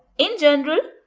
in general,